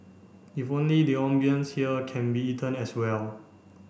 if only the ambience here can be eaten as well